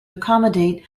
accommodate